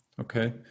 Okay